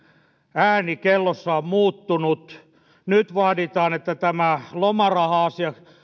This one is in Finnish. ääni kellossa on muuttunut nyt vaaditaan että tämä lomaraha asia